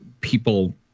people